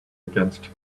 against